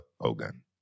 Ogun